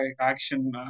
action